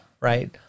Right